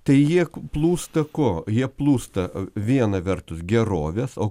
tai jie plūsta ko jie plūsta viena vertus gerovės o